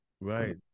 Right